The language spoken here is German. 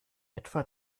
etwa